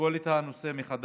תשקול את הנושא מחדש,